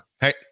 Hey